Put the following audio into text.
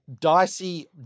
dicey